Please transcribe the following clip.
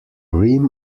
rim